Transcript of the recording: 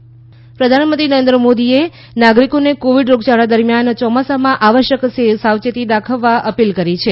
મોદી સાવચેતી પ્રધાનમંત્રી નરેન્દ્ર મોદીએ નાગરીકોને કોવીડ રોગયાળા દરમિયાન ચોમાસામાં આવશ્યક સાવચેતી રાખવા અપીલ કરી છે